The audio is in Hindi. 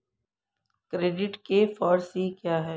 क्रेडिट के फॉर सी क्या हैं?